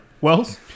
Wells